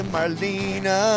Marlena